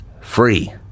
free